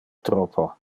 troppo